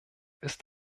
ist